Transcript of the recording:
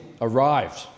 arrived